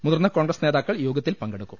മുതിർന്ന കോൺഗ്രസ് നേതാക്കൾ യോഗത്തിൽ പങ്കെടുക്കും